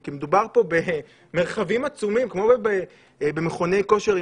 כי מדובר פה במרחבים עצומים כמו במכוני כושר,